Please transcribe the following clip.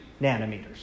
nanometers